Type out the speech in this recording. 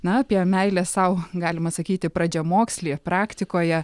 na apie meilę sau galima sakyti pradžiamokslyje praktikoje